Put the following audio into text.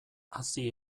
hazi